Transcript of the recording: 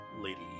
Lady